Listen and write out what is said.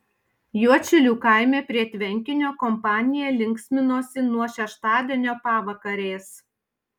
juodšilių kaime prie tvenkinio kompanija linksminosi nuo šeštadienio pavakarės